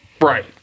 right